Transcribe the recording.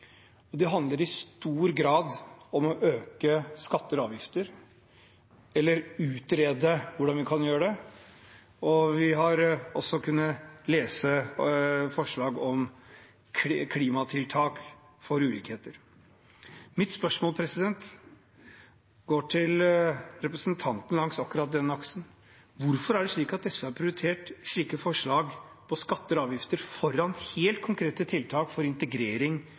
og de handler i stor grad om å øke skatter og avgifter eller å utrede hvordan vi kan gjøre det. Vi har også kunnet lese forslag om klimatiltak og ulikheter. Mitt spørsmål til representanten går langs akkurat den aksen: Hvorfor er det slik at SV har prioritert slike forslag om skatter og avgifter foran helt konkrete tiltak for integrering,